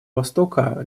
востока